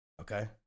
Okay